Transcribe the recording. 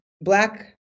Black